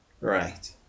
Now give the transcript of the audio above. Right